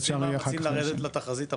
אפשר --- עושים מאמצים לרדת לתחזית הפסימית.